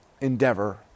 endeavor